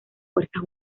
fuerzas